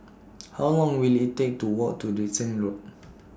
How Long Will IT Take to Walk to Dickson Road